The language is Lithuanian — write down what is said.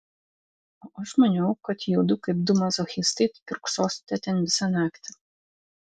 o aš maniau kad judu kaip du mazochistai kiurksosite ten visą naktį